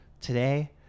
Today